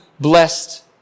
blessed